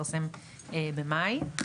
שהתפרסם במאי.